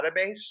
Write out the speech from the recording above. database